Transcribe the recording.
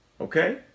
Okay